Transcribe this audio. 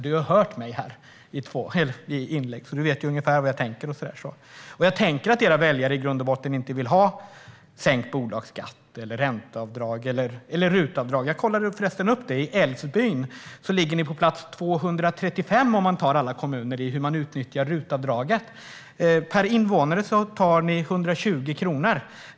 Du har hört mina inlägg här, så du vet ungefär vad jag tänker. Jag tänker att era väljare i grund och botten inte vill ha sänkt bolagsskatt, ränteavdrag eller RUT-avdrag. Jag kollade upp detta. Älvsbyn ligger på plats 235 av alla kommuner när det gäller hur mycket man utnyttjar RUT-avdraget. RUT-avdraget per invånare är 120 kronor.